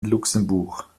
luxemburg